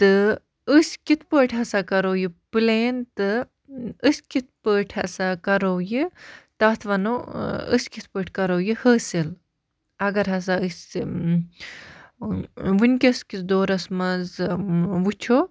تہٕ أسۍ کِتھ پٲٹھۍ ہَسا کَرو یہِ پٕلین تہٕ أسۍ کِتھ پٲٹھۍ ہَسا کَرو یہِ تَتھ وَنو أسۍ کِتھ پٲٹھۍ کَرو یہِ حٲصِل اگر ہَسا أسۍ وٕنکٮ۪س کِس دورَس منٛز وٕچھو